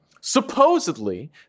supposedly